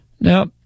Now